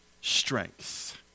strength